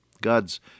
God's